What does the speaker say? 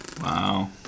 wow